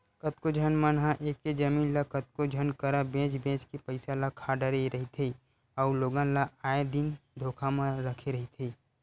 कतको झन मन ह एके जमीन ल कतको झन करा बेंच बेंच के पइसा ल खा डरे रहिथे अउ लोगन ल आए दिन धोखा म रखे रहिथे